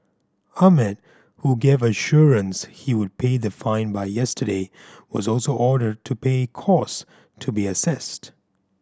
Ahmed who gave assurance he would pay the fine by yesterday was also ordered to pay cost to be assessed